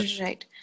right